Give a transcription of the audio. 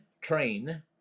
train